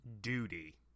duty